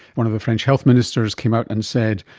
one of the french health ministers came out and said,